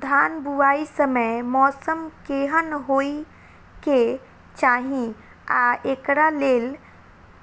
धान बुआई समय मौसम केहन होइ केँ चाहि आ एकरा लेल